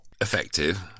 effective